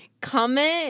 comment